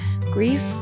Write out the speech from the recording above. grief